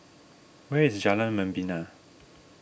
where is Jalan Membina